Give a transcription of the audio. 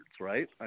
right